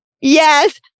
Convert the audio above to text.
yes